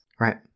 Right